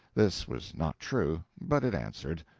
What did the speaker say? this was not true. but it answered.